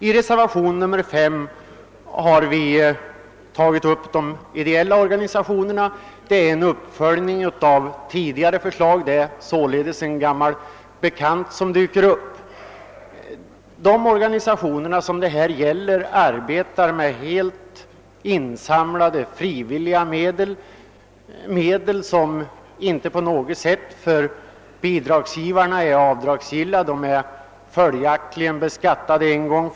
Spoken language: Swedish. I reservationen 5 har vi tagit upp frågan om de ideella organisationerna. Det är en uppföljning av tidigare förslag — det är således en gammal bekant som dyker upp. De organisationer det här gäller arbetar helt med insamlade frivilliga medel, som inte är avdragsgilla för bidragsgivarna. De är följaktligen redan beskattade.